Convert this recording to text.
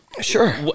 Sure